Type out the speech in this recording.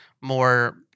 more